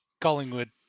Collingwood